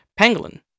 pangolin